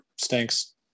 stinks